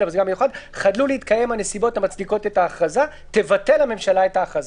"חדלו להתקיים הנסיבות המצדיקות את ההכרזה תבטל הממשלה את ההכרזה".